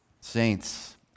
Saints